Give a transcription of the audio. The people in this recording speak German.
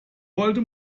wollte